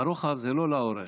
ברוחב זה לא לאורך.